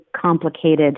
complicated